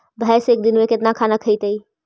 भैंस एक दिन में केतना खाना खैतई?